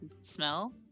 smell